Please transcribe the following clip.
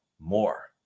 more